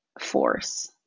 force